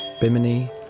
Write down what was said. Bimini